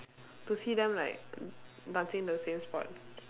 to see them like dancing in the same spot